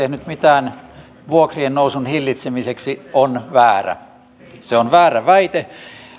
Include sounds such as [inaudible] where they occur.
[unintelligible] ei olisi tehnyt mitään vuokrien nousun hillitsemiseksi on väärä se on väärä väite